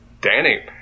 Danny